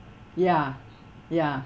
ya ya